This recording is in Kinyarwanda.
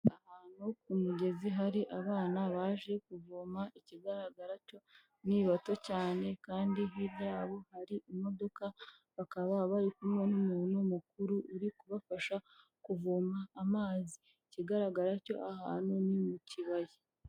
Ahantu ku mugezi hari abana baje kuvoma ikigaragara cyo ni bato cyane kandi hirya yabo hari imodoka, bakaba bari kumwe n'umuntu mukuru uri kubafasha kuvoma amazi, ikigaragara cyo aha hantu ni mu kibaya.